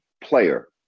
player